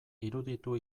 iruditu